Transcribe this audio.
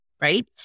right